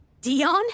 Dion